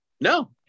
No